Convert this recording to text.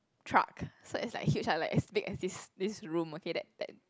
truck so it's like huge lah like as big as this this room okay that that